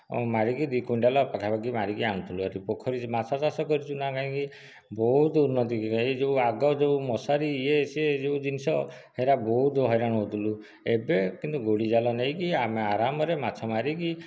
ମାରିକି ଦୁଇ କୁଇଣ୍ଟାଲ ପାଖାପାଖି ମାରିକି ଆଣୁଥିଲୁ ଭାରି ପୋଖରୀ ମାଛ ଚାଷ କରୁଛୁ ନା କାହିଁକି ବହୁତ ଉନ୍ନତି ଏହି ଯେଉଁ ଆଗ ଯେଉଁ ମଶାରୀ ଇଏ ସିଏ ଯେଉଁ ଜିନିଷ ସେଗୁଡ଼ାକ ବହୁତ ହଇରାଣ ହେଉଥିଲୁ ଏବେ କିନ୍ତୁ ଗୋଡ଼ି ଜାଲ ନେଇକି ଆମେ ଆରାମରେ ମାଛ ମାରିକି